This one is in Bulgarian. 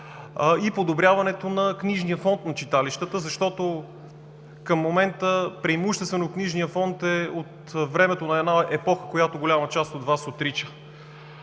и подобряването на книжния фонд на читалищата, защото преимуществено към момента книжният фонд е от времето на една епоха, която голяма част от Вас отрича.